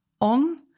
on